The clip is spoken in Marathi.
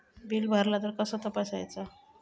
बिल भरला तर कसा तपसायचा?